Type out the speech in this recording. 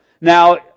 Now